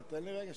תן לי שנייה.